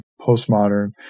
post-modern